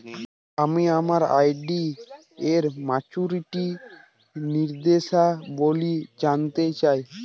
আমি আমার আর.ডি এর মাচুরিটি নির্দেশাবলী জানতে চাই